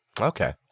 Okay